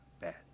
bad